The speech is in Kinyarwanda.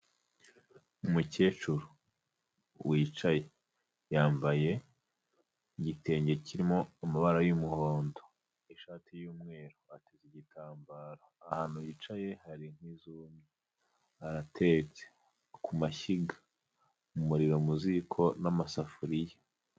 Umukecuru wicaye yambaye igitenge kirimo amabara y'umuhondo, ishati y'umweru, ateze igitambaro, ahantu yicaye hari inkwi zumye, aratetse ku mashyiga, umuriro mu ziko n'amasafuriya.